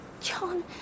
John